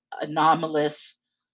Anomalous